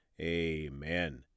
amen